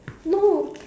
no